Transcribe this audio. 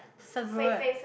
favourite